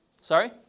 Sorry